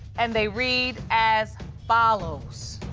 and they read as follows.